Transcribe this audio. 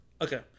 okay